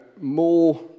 more